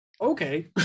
Okay